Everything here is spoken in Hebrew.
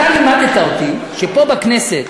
אתה לימדת אותי שפה בכנסת